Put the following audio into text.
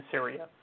Syria